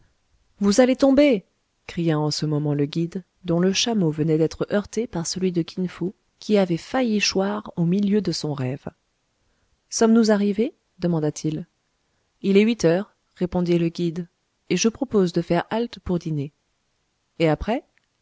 vous allez tomber cria en ce moment le guide dont le chameau venait d'être heurté par celui de kin fo qui avait failli choir au milieu de son rêve sommes-nous arrivés demanda-t-il il est huit heures répondit le guide et je propose de faire halte pour dîner et après